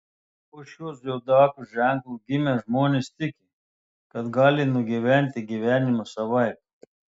po šiuo zodiako ženklu gimę žmonės tiki kad gali nugyventi gyvenimą savaip